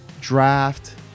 draft